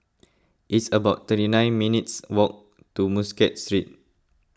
it's about thirty nine minutes' walk to Muscat Street